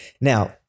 Now